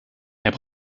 herr